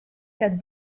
had